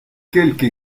quelque